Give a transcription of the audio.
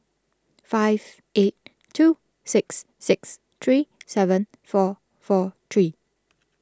five eight two six six three seven four four three